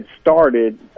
started